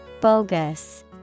Bogus